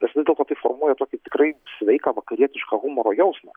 nes vis dėlto tai formuoja tokį tikrai sveiką vakarietišką humoro jausmą